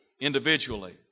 individually